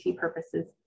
purposes